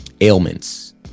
ailments